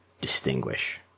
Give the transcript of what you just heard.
distinguish